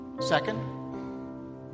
Second